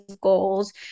goals